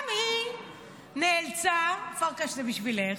גם היא נאלצה, פרקש, זה בשבילך,